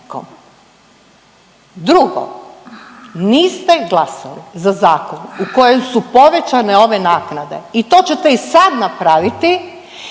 Drugo, niste glasali za zakon u kojem su povećane ove naknade i to ćete i sad napraviti